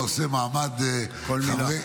את נושא מעמד חברי המועצה.